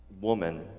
woman